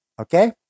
Okay